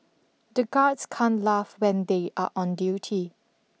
the guards can't laugh when they are on duty